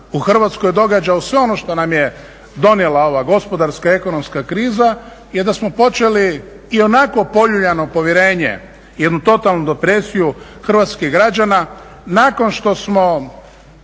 Hrvatskoj događa uz sve ono što nam je donijela ova gospodarska, ekonomska kriza je da smo počeli i onako poljuljano povjerenje i jednu totalnu depresiju hrvatskih građana nakon što smo,